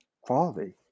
quality